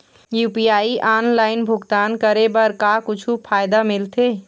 UPI online भुगतान करे बर का कुछू फायदा मिलथे?